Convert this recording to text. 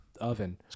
oven